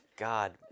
God